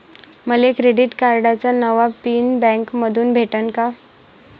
मले क्रेडिट कार्डाचा नवा पिन बँकेमंधून भेटन का?